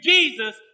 Jesus